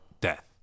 death